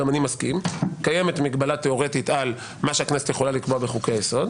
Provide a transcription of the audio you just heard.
גם אני מסכים - תיאורטית על מה שהכנסת יכולה לקבוע בחוקי יסוד,